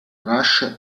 rush